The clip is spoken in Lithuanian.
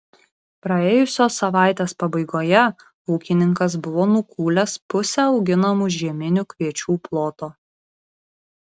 praėjusios savaitės pabaigoje ūkininkas buvo nukūlęs pusę auginamų žieminių kviečių ploto